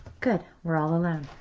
good, we're all alone.